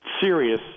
serious